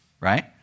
right